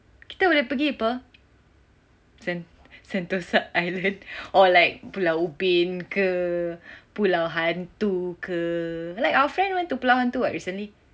kita boleh pergi [pe] sen~ Sentosa island or like pulau ubin ke pulau hantu ke like our friend went to pulau hantu [what] recently